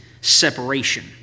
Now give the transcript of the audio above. separation